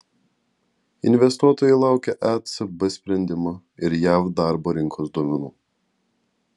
investuotojai laukia ecb sprendimo ir jav darbo rinkos duomenų